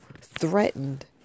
threatened